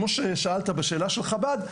כמו ששאלת בשאלה של חב"ד,